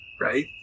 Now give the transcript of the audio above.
right